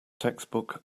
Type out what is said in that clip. textbook